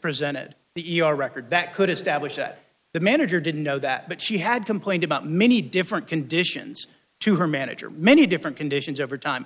presented the e r record that could establish that the manager didn't know that but she had complained about many different conditions to her manager many different conditions over time